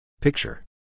Picture